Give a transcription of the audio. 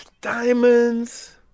Diamonds